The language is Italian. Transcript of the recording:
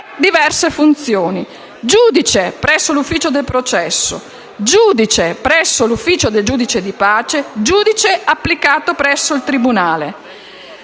diverse funzioni: giudice presso l'ufficio del processo; giudice presso l'ufficio del giudice di pace; giudice applicato presso il tribunale.